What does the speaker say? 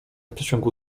przeciągu